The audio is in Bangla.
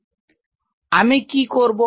তো আমি কি করব